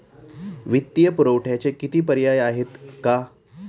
वित्तीय पुरवठ्याचे किती पर्याय आहेत का?